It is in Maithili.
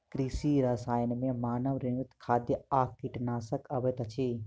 कृषि रसायन मे मानव निर्मित खाद आ कीटनाशक अबैत अछि